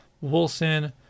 Wilson